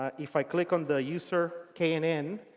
ah if i click on the user knn,